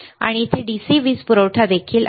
आणि इथे DC वीज पुरवठा देखील आहे